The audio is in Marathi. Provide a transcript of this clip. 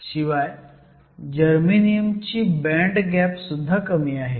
शिवाय जर्मेनियम ची बँड गॅप सुद्धा कमी आहे